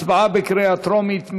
הצבעה בקריאה טרומית.